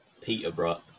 Peterborough